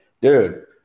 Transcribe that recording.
dude